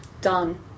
Done